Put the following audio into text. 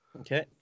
Okay